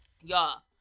y'all